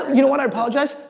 you know what, i apologize,